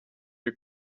you